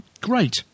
Great